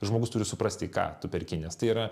žmogus turi suprasti ką tu perki nes tai yra